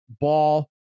ball